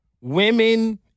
women